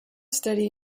study